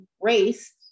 race